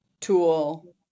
tool